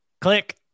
Click